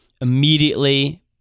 immediately